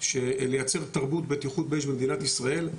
לייצר תרבות בטיחות באש במדינת ישראל.